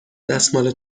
دستمال